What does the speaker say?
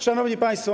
Szanowni Państwo!